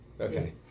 Okay